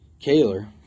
Kaler